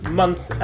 month